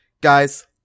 Guys